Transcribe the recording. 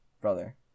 brother